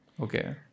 Okay